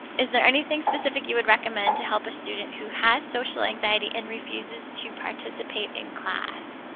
is there anything specific you would recommend to help a student who has social anxiety and refuses to participate in class?